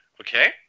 okay